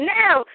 now